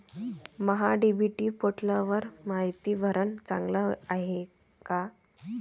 महा DBT पोर्टलवर मायती भरनं चांगलं हाये का?